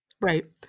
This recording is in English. Right